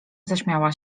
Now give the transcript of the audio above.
zaśmiała